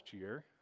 year